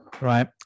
right